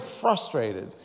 frustrated